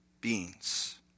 beings